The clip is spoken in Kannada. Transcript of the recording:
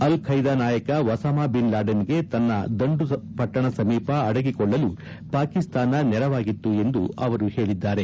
ಅಲ್ ಬೈದಾ ನಾಯಕ ಒಸಮಾ ಬಿನ್ ಲಾಡೆನ್ಗೆ ತನ್ನ ದಂಡು ಪಟ್ಟಣ ಸಮೀಪ ಅಡಗಿಕೊಳ್ಳಲು ಪಾಕಿಸ್ತಾನ ನೆರವಾಗಿತ್ತು ಎಂದು ಅವರು ಹೇಳಿದ್ದಾರೆ